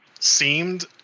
Seemed